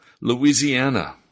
Louisiana